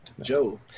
Joe